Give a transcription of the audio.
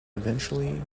eventually